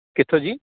ਕਿੱਥੋਂ ਜੀ